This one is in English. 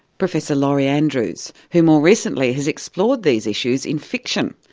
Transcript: professor lori andrews, who more recently has explored these issues in fiction,